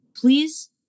please